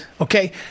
Okay